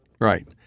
Right